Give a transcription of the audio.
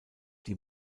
die